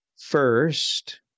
First